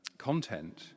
content